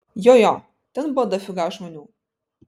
jo jo ten buvo dafiga žmonių